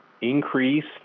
increased